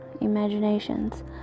imaginations